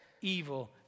evil